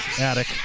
attic